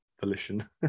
volition